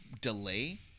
delay